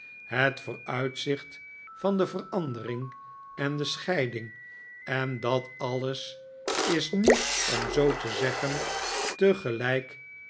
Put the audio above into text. het vooruitzicht van de verandering en de scheiding en dat alles is nu om zoo te zeggen tegelijk